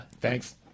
Thanks